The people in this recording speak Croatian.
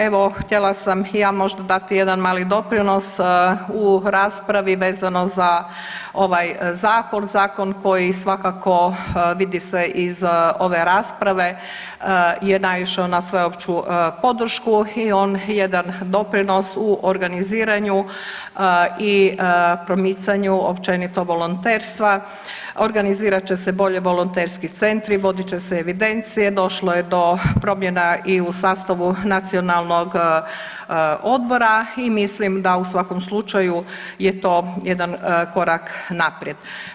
Evo, htjela sam i ja možda dati jedan mali doprinos u raspravi vezano za ovaj Zakon, zakon koji svakako, vidi se iz ove rasprave, je naišao na sveopću podršku i on jedan doprinos u organiziranju i promicanju općenito volonterstva, organizirat će se bolje volonterski centri, vodit će se evidencije, došlo je do promjena i u sastavu Nacionalnog odbora i mislim da u svakom slučaju je to jedan korak naprijed.